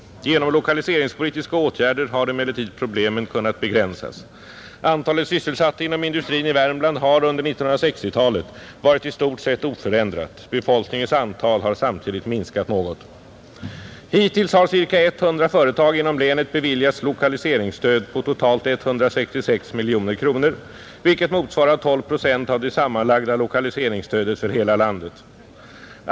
Genom lokaliseringspolitiska åtgärder har emellertid problemen kunnat begränsas, Antalet sysselsatta inom industrin i Värmland har under 1960-talet varit i stort sett oförändrat. Befolkningens antal har samtidigt minskat något. Hittills har ca 100 företag inom länet beviljats lokaliseringsstöd på totalt 166 miljoner kronor, vilket motsvarar 12 procent av det sammanlagda lokaliseringsstödet för hela landet.